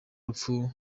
rupfu